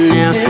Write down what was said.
now